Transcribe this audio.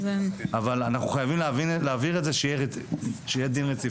אבל אנחנו חייבים להבהיר את זה שיהיה דין רציפות,